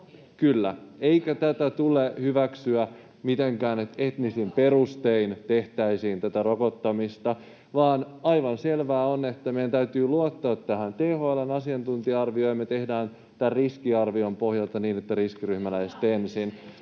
kyllä — eikä tule hyväksyä mitenkään tätä, että etnisin perustein tehtäisiin tätä rokottamista, vaan aivan selvää on, että meidän täytyy luottaa tähän THL:n asiantuntija-arvioon ja me tehdään tämän riskiarvion pohjalta niin, että riskiryhmäläiset ensin.